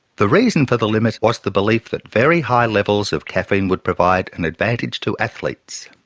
the reason for the limit was the belief that very high levels of caffeine would provide an advantage to athletes,